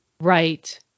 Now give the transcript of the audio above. Right